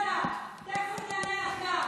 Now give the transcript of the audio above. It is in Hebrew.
תפסיקי כבר עם ההסתה שלך.